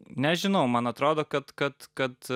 nežinau man atrodo kad kad kad